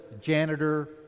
janitor